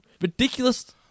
Ridiculous